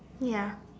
ya